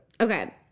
Okay